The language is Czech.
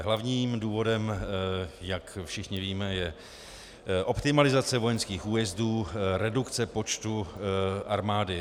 Hlavním důvodem, jak všichni víme, je optimalizace vojenských újezdů, redukce počtu armády.